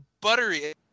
buttery